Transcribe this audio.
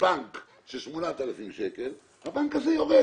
בנק של 8,000 שקלים, הבנק הזה יורד.